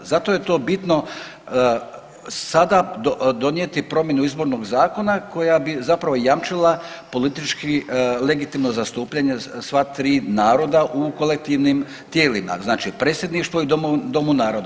Zato je to bitno sada donijeti promjene izbornog zakona koja bi zap5ravo jamčila politički legitimno zastupanje sva tri naroda u kolektivnim tijelima znači predsjedništvu i Domu naroda.